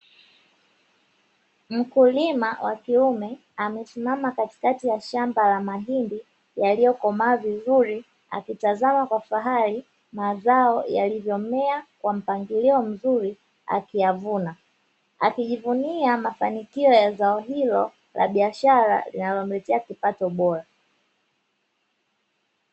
Mkulima wa kiume amesimama katikati ya shamba la mahindi yaliyokomaa vizuri, akitazama kwa fahari mazao yalivyomea kwa mpangilio mzuri akiyavuna. Akijivunia mafanikio ya zao hilo la biashara linalomletea kipato bora.